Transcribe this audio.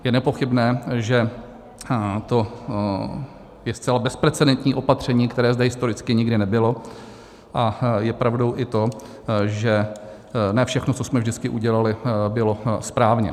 Je nepochybné, že to je zcela bezprecedentní opatření, které zde historicky nikdy nebylo, a je pravdou i to, že ne všechno, co jsme vždycky udělali, bylo správně.